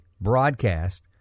broadcast